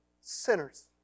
sinners